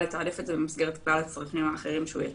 לתעדף את זה במסגרת כלל הצרכים האחרים שהוא יציף.